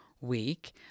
week